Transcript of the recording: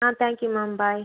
ah thank you ma'am bye